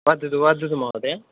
वदतु वदतु महोदय